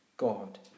God